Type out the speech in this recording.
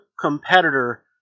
competitor